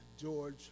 George